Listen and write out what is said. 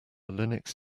linux